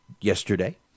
yesterday